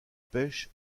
pêche